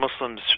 Muslims